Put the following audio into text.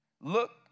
Look